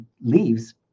leaves